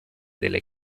delle